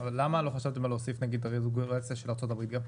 למה לא חשבתם להוסיף את הרגולציה של ארצות-הברית גם?